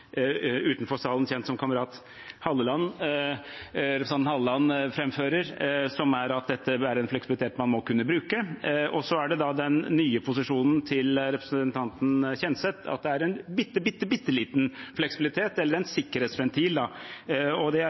som mener det representanten Halleland – jeg holdt på å si representanten utenfor salen kjent som kamerat Halleland – framfører, at dette er en fleksibilitet man må kunne bruke. Og så er det den nye posisjonen til representanten Kjenseth: at det er en bitte bitte bitte liten fleksibilitet, eller en sikkerhetsventil, og det